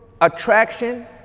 attraction